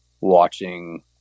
watching